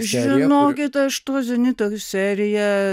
žinokit aš to zenito seriją